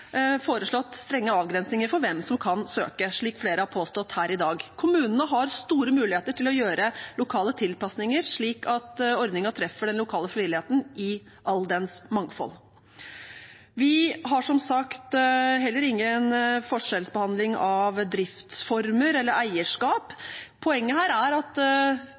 foreslått strenge avgrensninger for hvem som kan søke, slik flere har påstått her i dag. Kommunene har store muligheter til å gjøre lokale tilpasninger slik at ordningen treffer den lokale frivilligheten i all dens mangfold. Vi har som sagt heller ingen forskjellsbehandling av driftsformer eller eierskap. Poenget er at